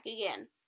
again